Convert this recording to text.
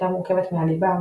שהייתה מורכבת מהליבה,